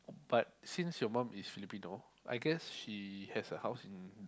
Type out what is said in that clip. but since your mum is Filipino I guess she has a house in